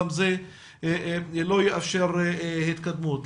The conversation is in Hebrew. גם זה לא יאפשר התקדמות.